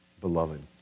Beloved